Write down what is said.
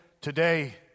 today